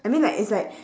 I mean like it's like